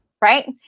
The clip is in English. right